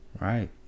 right